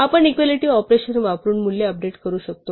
आपण equality operation वापरून मूल्ये अपडेट करू शकतो